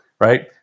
right